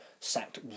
sacked